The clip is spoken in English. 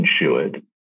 insured